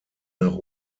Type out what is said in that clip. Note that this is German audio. nach